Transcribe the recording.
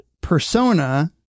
persona